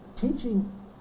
Teaching